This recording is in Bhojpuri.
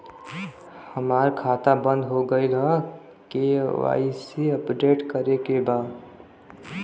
हमार खाता बंद हो गईल ह के.वाइ.सी अपडेट करे के बा?